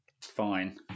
fine